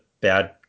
bad